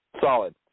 Solid